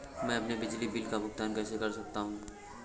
मैं अपने बिजली बिल का भुगतान कैसे कर सकता हूँ?